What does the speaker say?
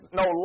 no